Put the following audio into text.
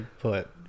put